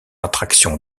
attraction